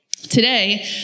Today